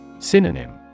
Synonym